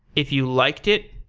if you liked it,